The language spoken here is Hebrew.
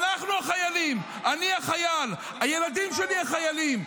אנחנו החיילים, אני החייל, הילדים שלי החיילים.